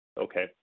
Okay